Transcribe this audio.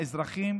האזרחים,